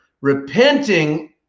repenting